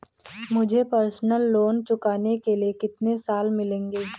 मुझे personal loan चुकाने के लिए कितने साल मिलेंगे?